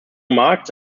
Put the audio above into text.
marx